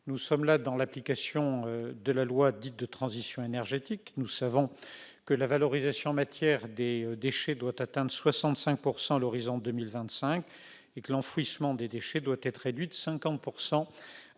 dans le cadre de l'application de la loi dite de transition énergétique. Nous savons que la valorisation matière des déchets doit atteindre 65 % à l'horizon de 2025 et que l'enfouissement des déchets doit être réduit de 50